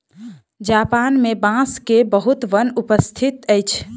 Japan मे बांस के बहुत वन उपस्थित अछि